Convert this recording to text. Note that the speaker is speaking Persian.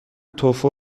توفو